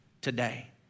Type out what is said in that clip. today